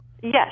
Yes